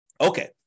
Okay